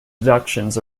deductions